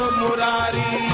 murari